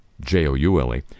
J-O-U-L-E